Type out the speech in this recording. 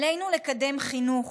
עלינו לקדם חינוך